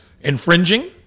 infringing